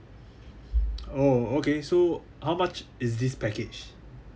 oh okay so how much is this package